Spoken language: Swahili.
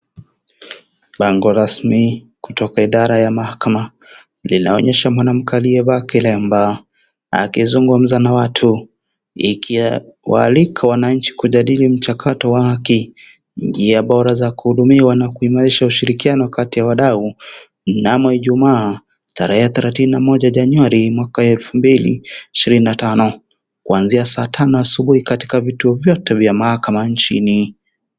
Bango rasmi kutoka idara ya mahakama, linaonyesha mwanamke aliyevaa kilemba, akizungumza na watu. Ikiwaalika wanainchi kujadili mchakato wa haki, njia bora za kuhudumiwa na kuimarisha ushirikiano kati ya wadau, mnamo ijumaa, tarehe 31/01/2025,kuanzia saa tano asubuhi vituo vyote vya mahakama inchini.